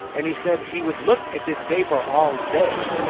and he said he would look at this paper all day.